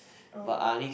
oh